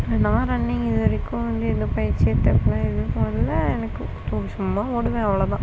நான் ரன்னிங் இது வரைக்கும் வந்து எந்த பயிற்சியும் எடுத்ததில்லை எதுவும் போனதில்லை எனக்கு து சும்மா ஓடுவேன் அவ்வளோ தான்